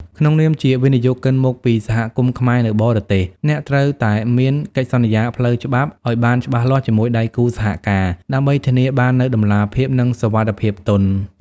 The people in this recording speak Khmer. ក្នុងនាមជាវិនិយោគិនមកពី សហគមន៍ខ្មែរនៅបរទេស អ្នកត្រូវតែមាន កិច្ចសន្យាផ្លូវច្បាប់ ឱ្យបានច្បាស់លាស់ជាមួយដៃគូសហការ ដើម្បីធានាបាននូវតម្លាភាព និងសុវត្ថិភាពទុន